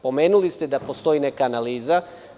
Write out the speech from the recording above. Pomenuli ste da postoji neka analiza.